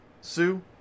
Sue